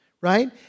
right